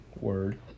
Word